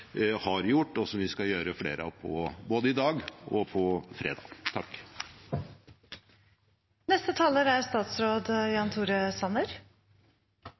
har gjort og skal gjøre flere av – både i dag og på fredag.